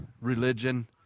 religion